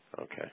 Okay